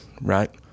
right